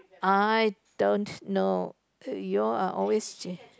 I don't know you all are always